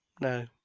no